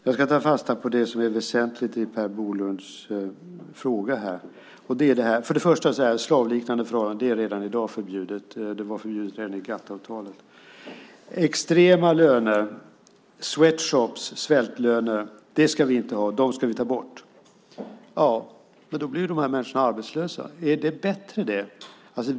Fru talman! Jag ska ta fasta på det som är väsentligt i Per Bolunds fråga. Först och främst är slavliknande förhållanden redan i dag förbjudet. Det var förbjudet redan i GATT-avtalet. Extrema löner, sweatshops och svältlöner ska vi inte ha. De ska bort. Men då blir dessa människor arbetslösa. Är det bättre?